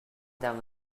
down